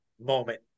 moment